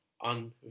on